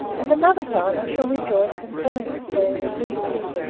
at another time i shall rejoice in telling the story in detail.